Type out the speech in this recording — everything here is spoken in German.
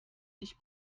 ich